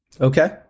okay